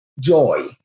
joy